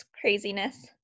craziness